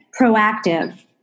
proactive